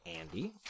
Andy